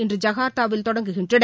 இன்று ஐகார்த்தாவில் தொடங்குகின்றன